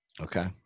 okay